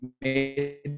made